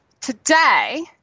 Today